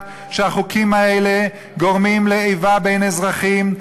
שהחוקים האלה גורמים לאיבה בין אזרחים,